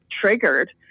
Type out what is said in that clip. triggered